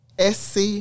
SC